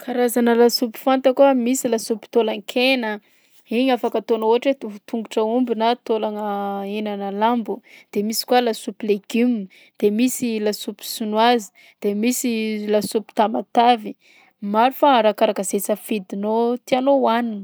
Karazana lasopy fantako a: misy lasopy taolan-kena, igny afaka ataonao ohatra hoe tovo tongotr'aomby na taolagna henanà lambo; de misy koa lasopy legioma, de misy lasopy sinoise, de misy lasopy Tamatavy. Maro fa arakaraka zay safidinao tianao hohanina.